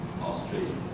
Australia